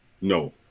No